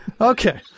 Okay